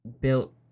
built